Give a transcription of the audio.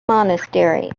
monastery